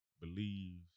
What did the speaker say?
believes